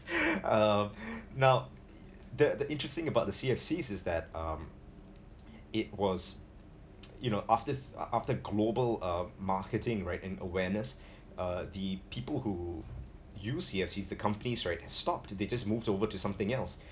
uh now the the interesting about the C_F_C is that um it was you know after after global uh marketing right and awareness uh the people who use C_F_C the company right has stopped they just moved over to something else